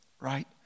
Right